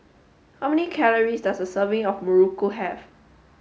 how many calories does a serving of Muruku have